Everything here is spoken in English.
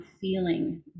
feeling